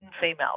females